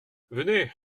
venez